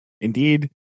indeed